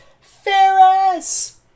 Ferris